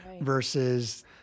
versus